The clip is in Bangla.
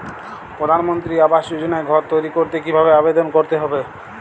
প্রধানমন্ত্রী আবাস যোজনায় ঘর তৈরি করতে কিভাবে আবেদন করতে হবে?